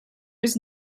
was